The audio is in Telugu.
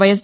వైఎస్